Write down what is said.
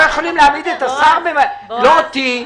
ארחיב.